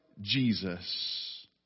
Jesus